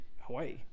Hawaii